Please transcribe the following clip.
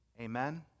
Amen